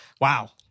wow